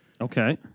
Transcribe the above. Okay